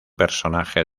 personaje